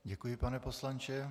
Děkuji, pane poslanče.